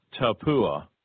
Tapua